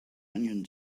onion